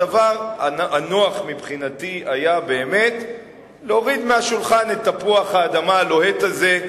הדבר הנוח מבחינתי היה באמת להוריד מהשולחן את תפוח האדמה הלוהט הזה,